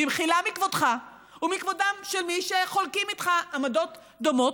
במחילה מכבודך ומכבודם של מי שחולקים איתך עמדות דומות,